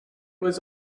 was